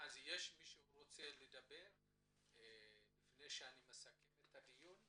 יש מישהו נוסף שרוצה לדבר לפני שאסכם את הדיון?